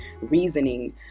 reasoning